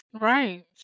right